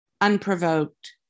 unprovoked